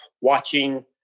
watching